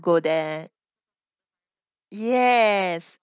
go there yes